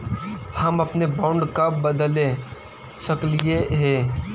हम अपने बॉन्ड कब बदले सकलियई हे